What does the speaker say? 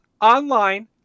online